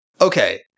okay